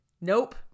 nope